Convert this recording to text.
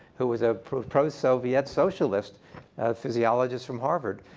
who was a pro-soviet socialist physiologist from harvard.